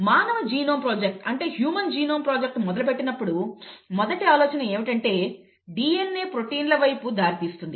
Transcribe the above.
మానవ genome project మొదలుపెట్టినప్పుడు మొదటి ఆలోచన ఏమిటంటే DNA ప్రోటీన్ల వైపు దారి తీస్తుంది